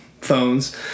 phones